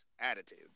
Attitude